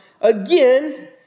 Again